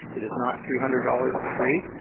it is not three hundred dollars a tree,